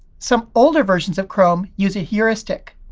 some older versions of chrome use a heuristic.